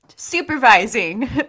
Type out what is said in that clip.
Supervising